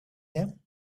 them